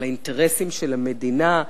על האינטרסים של המדינה,